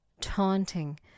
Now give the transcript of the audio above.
taunting